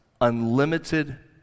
unlimited